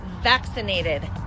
vaccinated